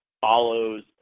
follows